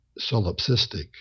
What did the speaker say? solipsistic